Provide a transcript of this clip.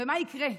ומה יקרה?